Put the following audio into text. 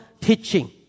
teaching